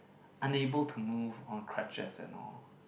unable to move on crutches and all